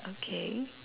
okay